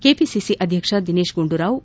KPCC ಅಧ್ಯಕ್ಷ ದಿನೇಶ್ ಗುಂಡೂರಾವ್